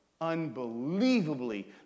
unbelievably